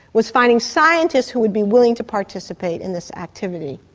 was finding scientists who would be willing to participate in this activity.